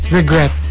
regret